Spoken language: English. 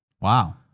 Wow